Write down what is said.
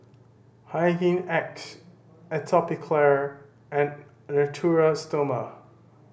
Hygin X Atopiclair and Natura Stoma